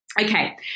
Okay